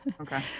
Okay